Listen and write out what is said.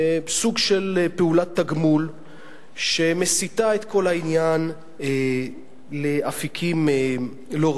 סוג של פעולת תגמול שמסיטה את כל העניין לאפיקים לא ראויים.